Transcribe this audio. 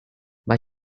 but